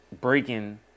breaking